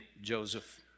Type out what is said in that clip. Joseph